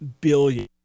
billion